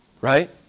Right